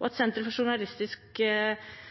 at Senter for